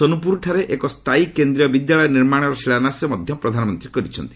ସୋନପୁରଠାରେ ଏକ ସ୍ଥାୟୀ କେନ୍ଦ୍ରୀୟ ବିଦ୍ୟାଳୟ ନିର୍ମାଣର ଶିଳାନ୍ୟାସ ମଧ୍ୟ ପ୍ରଧାନମନ୍ତୀ କରିଛନ୍ତି